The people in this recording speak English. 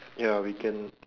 ya we can